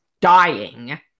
dying